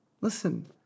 Listen